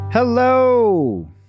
Hello